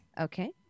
Okay